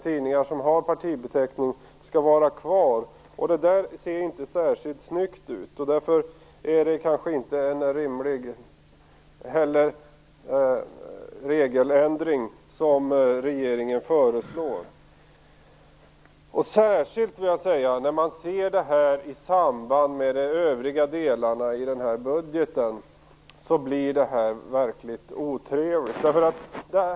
Tidningar med partibeteckning däremot skall finnas kvar i systemet. Det här ser inte särskilt snyggt ut. Därför är det kanske inte en rimlig regeländring som regeringen föreslår. Särskilt när man betraktar detta i samband med övriga delar av budgeten framstår det här verkligen som otrevligt.